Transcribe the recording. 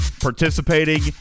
participating